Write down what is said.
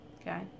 Okay